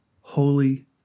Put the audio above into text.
Holy